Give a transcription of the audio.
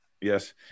Yes